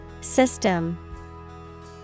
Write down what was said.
System